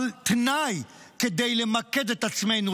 אבל תנאי כדי למקד את עצמנו,